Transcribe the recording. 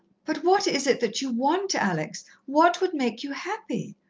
but what is it that you want, alex? what would make you happy?